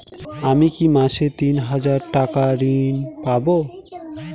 আমি কি মাসে তিন হাজার টাকার ঋণ পাবো?